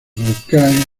recae